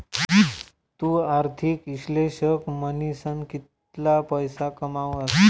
तु आर्थिक इश्लेषक म्हनीसन कितला पैसा कमावस